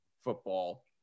Football